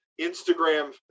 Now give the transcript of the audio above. Instagram